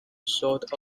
sort